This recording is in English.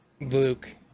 Luke